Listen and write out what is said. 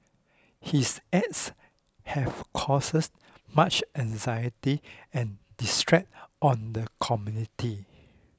his acts have causes much anxiety and distress on the community